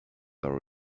our